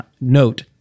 note